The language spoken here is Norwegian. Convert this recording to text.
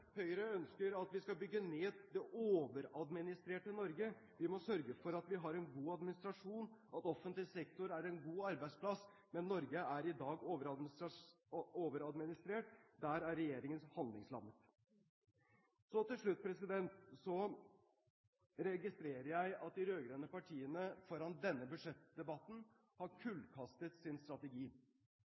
Høyre ønsker at vi skal bygge ned det overadministrerte Norge. Vi må sørge for at vi har en god administrasjon, at offentlig sektor er en god arbeidsplass. Men Norge er i dag overadministrert. Der er regjeringen handlingslammet. Til slutt registrerer jeg at de rød-grønne partiene foran denne budsjettdebatten har kullkastet sin strategi.